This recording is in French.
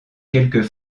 quelques